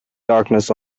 darkness